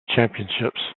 championships